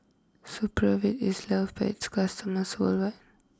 Supravit is loved by its customers worldwide